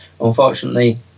unfortunately